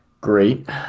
great